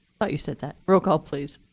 but you said that. roll call please.